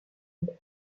île